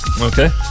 Okay